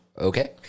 Okay